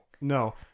No